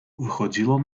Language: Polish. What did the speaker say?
wychodziło